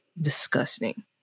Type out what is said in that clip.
disgusting